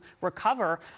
recover